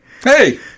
Hey